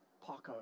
Paco